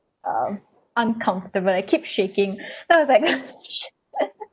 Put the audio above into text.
um uncomfortable I keep shaking then I was like